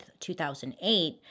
2008